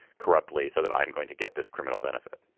corruptly so that i'm going to get this criminal benefit